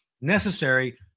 necessary